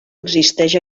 existeix